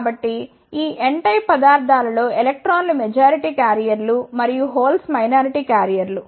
కాబట్టి ఈ N type పదార్థాలలో ఎలక్ట్రాన్లు మెజారిటీ క్యారియర్లు మరియు హోల్స్ మైనారిటీ క్యారియర్లు